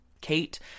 Kate